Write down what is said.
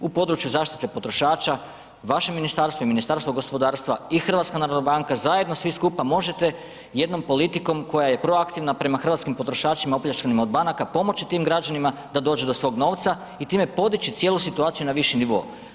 U području zaštite potrošača vaše ministarstvo i Ministarstvo gospodarstva i HNB zajedno svi skupa možete jednom politikom koja je proaktivna prema hrvatskim potrošačima opljačkanim od banaka pomoći tim građanima da dođu do svog novca i time podići cijelu situaciju na viši nivo.